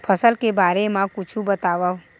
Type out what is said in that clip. फसल के बारे मा कुछु बतावव